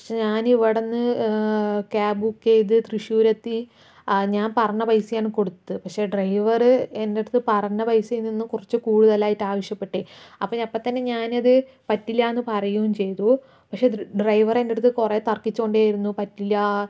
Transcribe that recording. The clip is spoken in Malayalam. പക്ഷെ ഞാനിവിടന്ന് ക്യാബ് ബുക്ക് ചെയത് തൃശ്ശൂര് എത്തി ആ ഞാൻ പറഞ്ഞ പൈസയാണ് കൊടുത്തത് പക്ഷേ ഡ്രൈവറ് എന്റെ അടുത്ത് പറഞ്ഞ പൈസയിൽ നിന്നും കുറച്ച് കൂടുതലായിട്ട് ആവശ്യപ്പട്ടേ അപ്പോൾ അപ്പത്തന്നെ ഞാനത് പറ്റില്ല്യ എന്ന് പറയൂ ചെയ്തു പക്ഷേ ഡ്രെ ഡ്രൈവറ് എൻ്റടുത്ത് കുറെ തർക്കിച്ചോണ്ടേയിരുന്നു പറ്റില്ല്യ